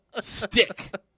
stick